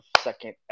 second